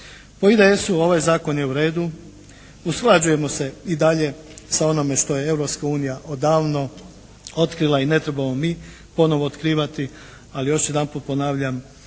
Po IDS-u ovaj Zakon je u redu, usklađujemo se i dalje sa onome što je Europska unija odavno otkrila i ne trebamo mi ponovo otkrivati, ali još jedanput ponavljam